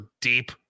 deep